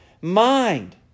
mind